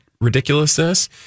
ridiculousness